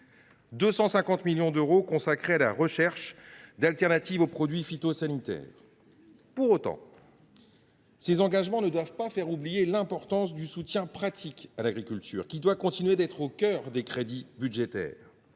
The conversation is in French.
250 millions d’euros consacrés à la recherche de solutions alternatives aux produits phytosanitaires. Pour autant, ces engagements ne doivent pas faire oublier l’importance du soutien pratique à l’agriculture, qui doit continuer d’être au cœur de ce budget.